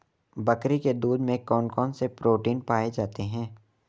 बकरी के दूध में कौन कौनसे प्रोटीन पाए जाते हैं?